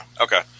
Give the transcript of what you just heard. okay